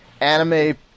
anime